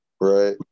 right